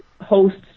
hosts